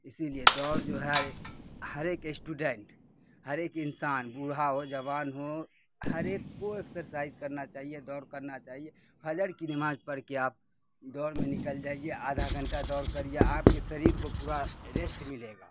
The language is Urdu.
اسی لیے دوڑ جو ہے ہر ایک اسٹوڈینٹ ہر ایک انسان بوڑھا ہو جوان ہو ہر ایک کو ایسرسائز کرنا چاہیے دوڑ کرنا چاہیے فجر کی نماز پڑھ کے آپ دوڑ میں نکل جائیے آدھا گھنٹہ دوڑ کریے آپ کے شریر کو پورا ریسٹ ملے گا